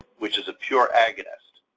which is a pure agonist,